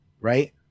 right